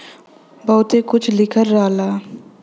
बहुते कुछ लिखल रहला